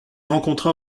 rencontra